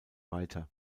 weiter